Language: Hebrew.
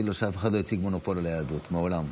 תגיד לו שאף אחד לא הציג מונופול על היהדות מעולם.